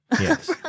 Yes